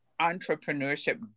entrepreneurship